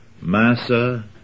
Massa